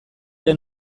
izan